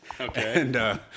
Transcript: Okay